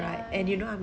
ya